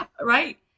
right